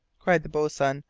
cried the boatswain,